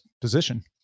position